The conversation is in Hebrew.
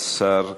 השר גלנט,